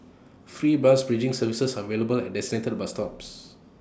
free bus bridging services are available at designated bus stops